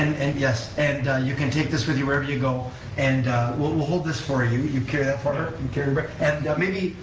and and yes, and you can take this with you wherever you go and we'll we'll hold this for you, you carry that for her, and but and maybe,